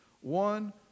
One